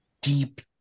deep